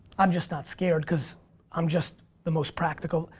i'm just not scared cause i'm just the most practical.